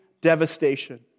devastation